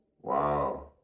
Wow